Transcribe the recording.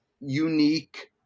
unique